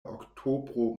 oktobro